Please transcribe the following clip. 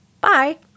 Bye